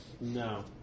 No